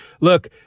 look